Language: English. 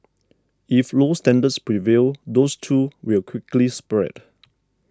if low standards prevail those too will quickly spread